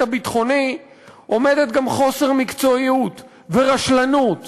הביטחוני עומדים גם חוסר מקצועיות ורשלנות